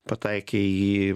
pataikė į